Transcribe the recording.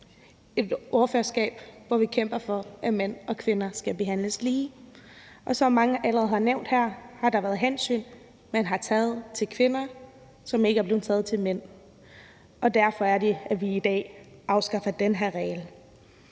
det ordførerskab kæmper vi for, at mænd og kvinder skal behandles lige. Som mange allerede her har nævnt, har der været hensyn, som man har taget til mænd, som man ikke har taget til kvinder. Derfor er det, at vi i dag afskaffer den her regel.